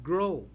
Grow